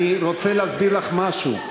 אני רוצה להסביר לך משהו.